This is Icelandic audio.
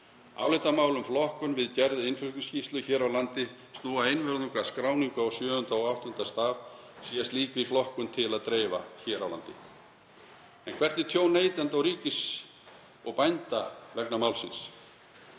Álitamál um flokkun við gerð innflutningsskýrslu hér á landi snúa einvörðungu að skráningu á sjöunda og áttunda staf, sé slíkri flokkun til að dreifa hér á landi. En hvert er tjón neytanda og ríkis og bænda vegna málsins?